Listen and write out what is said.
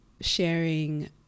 sharing